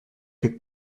que